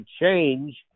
change